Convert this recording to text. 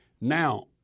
Now